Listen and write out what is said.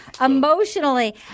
emotionally